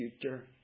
future